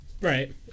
Right